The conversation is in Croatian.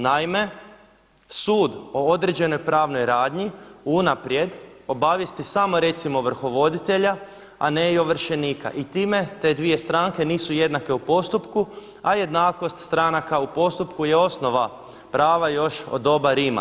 Naime, sud o određenoj pravnoj radnji unaprijed obavijesti samo recimo ovrhovoditelja, a ne i ovršenika i time te dvije stranke nisu jednake u postupku, a jednakost stranaka u postupku je osnova prava još od doba Rima.